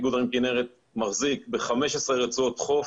איגוד ערים כנרת מחזיק ב-15 רצועות חוף